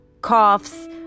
coughs